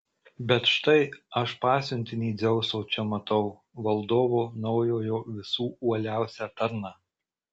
bet štai aš pasiuntinį dzeuso čia matau valdovo naujojo visų uoliausią tarną